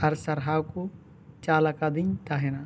ᱟᱨ ᱥᱟᱨᱦᱟᱣ ᱠᱚ ᱪᱟᱞ ᱟᱠᱟᱫᱤᱧ ᱛᱟᱦᱮᱱᱟ